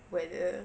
whether